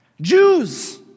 Jews